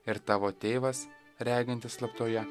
ir tavo tėvas regintis slaptoje